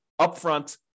upfront